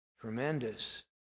Tremendous